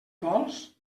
vols